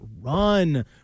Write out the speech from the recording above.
run